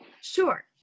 Sure